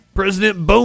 President